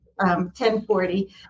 1040